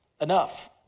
enough